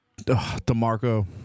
DeMarco